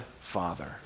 father